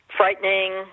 frightening